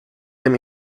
dem